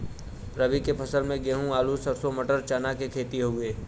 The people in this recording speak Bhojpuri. रबी के फसल में गेंहू, आलू, सरसों, मटर, चना के खेती हउवे